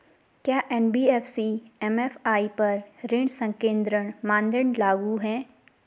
क्या NBFC MFI पर ऋण संकेन्द्रण मानदंड लागू हैं?